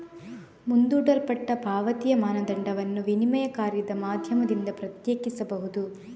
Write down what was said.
ಮುಂದೂಡಲ್ಪಟ್ಟ ಪಾವತಿಯ ಮಾನದಂಡವನ್ನು ವಿನಿಮಯ ಕಾರ್ಯದ ಮಾಧ್ಯಮದಿಂದ ಪ್ರತ್ಯೇಕಿಸಬಹುದು